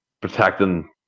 protecting